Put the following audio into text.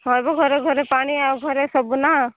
ସବୁ ଘରେ ଘରେ ପାଣି ଆଉ ଘରେ ସବୁ ନା